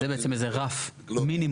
זה בעצם איזה רף מינימום.